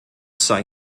sei